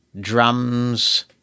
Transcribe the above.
drums